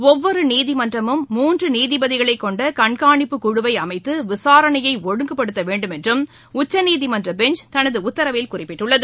ஒவ்வொரு நீதிமன்றமும் மூன்று நீதிபதிகளை கொண்ட கண்காணிப்பு குழுவை அமைத்து விசாரணையை ஒழுங்குப்படுத்த வேண்டும் என்றும் உச்சநீதிமன்ற பெஞ்ச் தனது உத்தரவில் குறிப்பிட்டுள்ளது